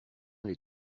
les